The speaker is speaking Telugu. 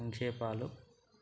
సంక్షేపాలు